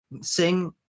sing